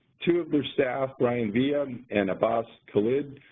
two of their staff, brian villa and abbas khalid,